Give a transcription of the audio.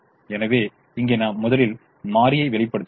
எனவே இங்கே நாம் முதலில் மாறியை வெளிப்படுத்துகிறோம்